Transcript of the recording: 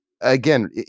Again